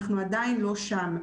אנחנו עדיין לא שם.